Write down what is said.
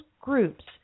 groups